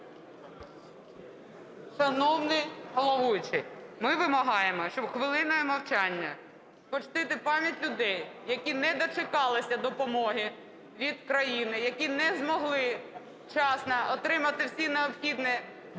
Шановний головуючий, ми вимагаємо, щоб хвилиною мовчання почтити пам'ять людей, які не дочекалися допомоги від країни, які не змогли вчасно отримати всі необхідні